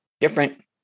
different